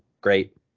great